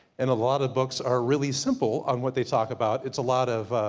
and a lot of books are really simple, on what they talk about. it's a lot of